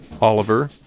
Oliver